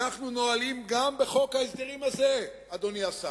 אנחנו נועלים גם בחוק ההסדרים הזה, אדוני השר,